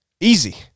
easy